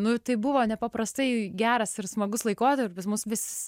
nu tai buvo nepaprastai geras ir smagus laikotarpis mus vis